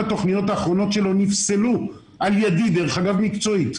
התוכניות האחרונות שלו נפסלו על ידי מקצועית.